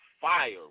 fire